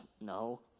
no